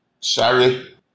Sorry